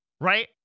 right